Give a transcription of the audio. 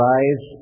Rise